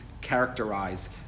characterize